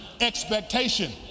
Expectation